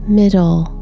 middle